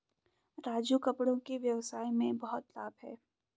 राजू कपड़ों के व्यवसाय में बहुत लाभ है